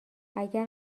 اگر